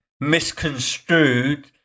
misconstrued